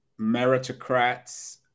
meritocrats